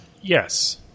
yes